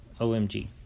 OMG